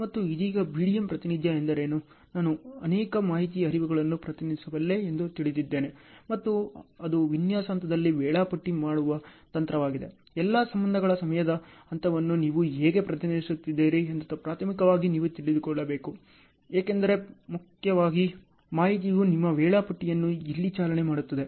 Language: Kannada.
ಮತ್ತು ಇದೀಗ BDM ಪ್ರಾತಿನಿಧ್ಯ ಎಂದರೇನು ನಾನು ಅನೇಕ ಮಾಹಿತಿ ಹರಿವುಗಳನ್ನು ಪ್ರತಿನಿಧಿಸಬಲ್ಲೆ ಎಂದು ತಿಳಿದಿದ್ದೇನೆ ಮತ್ತು ಅದು ವಿನ್ಯಾಸ ಹಂತದಲ್ಲಿ ವೇಳಾಪಟ್ಟಿ ಮಾಡುವ ತಂತ್ರವಾಗಿದೆ ಎಲ್ಲಾ ಸಂಬಂಧಗಳ ಸಮಯದ ಹಂತವನ್ನು ನೀವು ಹೇಗೆ ಪ್ರತಿನಿಧಿಸುತ್ತಿದ್ದೀರಿ ಎಂದು ಪ್ರಾಥಮಿಕವಾಗಿ ನೀವು ತಿಳಿದುಕೊಳ್ಳಬೇಕು ಏಕೆಂದರೆ ಮಾಹಿತಿಯು ನಿಮ್ಮ ವೇಳಾಪಟ್ಟಿಯನ್ನು ಇಲ್ಲಿ ಚಾಲನೆ ಮಾಡುತ್ತದೆ